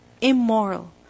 immoral